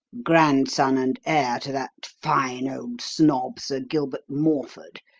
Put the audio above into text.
grandson and heir to that fine old snob, sir gilbert morford,